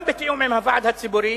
גם בתיאום עם הוועד הציבורי,